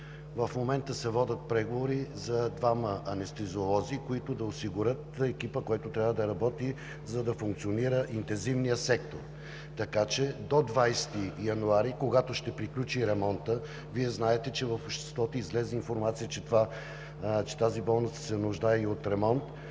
В момента се водят преговори за двама анестезиолози, които да осигурят екипа, който трябва да работи, за да функционира Интензивният сектор, така че до 20 януари, когато ще приключи ремонтът. Вие знаете, че в обществото излезе информация, че тази болница се нуждае и от ремонт,